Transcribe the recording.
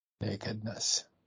nakedness